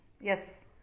Yes